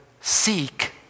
seek